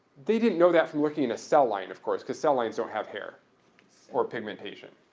they didn't know that from looking in a cell line, of course, because cell lines don't have hair or pigmentation.